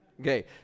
Okay